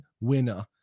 winner